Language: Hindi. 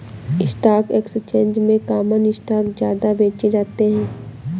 स्टॉक एक्सचेंज में कॉमन स्टॉक ज्यादा बेचे जाते है